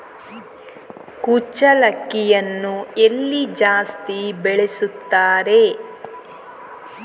ಕುಚ್ಚಲಕ್ಕಿಯನ್ನು ಎಲ್ಲಿ ಜಾಸ್ತಿ ಬೆಳೆಸುತ್ತಾರೆ?